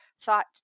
thought